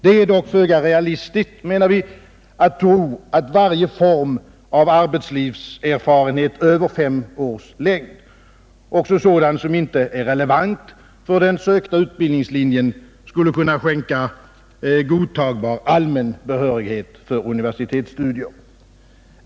Det är dock föga realistiskt, menar vi, att tro att varje form av arbetslivserfarenhet över fem års längd, också sådan som inte är relevant för den sökta utbildningslinjen, skall kunna skänka godtagbar allmän behörighet för universitetsstudier.